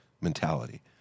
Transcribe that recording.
mentality